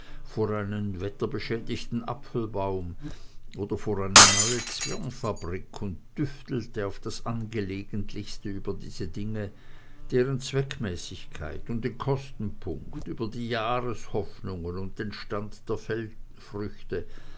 vor einen wetterbeschädigten apfelbaum oder vor eine neue zwirnfabrik und düftelte auf das angelegentlichste über diese dinge deren zweckmäßigkeit und den kostenpunkt über die jahrshoffnungen und den stand der